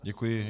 Děkuji.